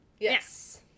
yes